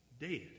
Dead